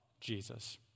Jesus